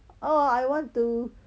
oh I want to